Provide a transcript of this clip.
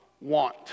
want